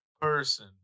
person